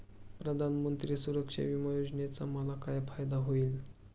प्रधानमंत्री सुरक्षा विमा योजनेचा मला काय फायदा होईल?